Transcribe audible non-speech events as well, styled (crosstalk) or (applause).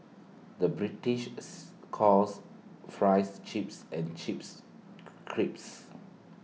the British (noise) calls Fries Chips and Chips Crisps